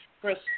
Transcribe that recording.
Chris